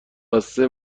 بسته